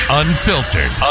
unfiltered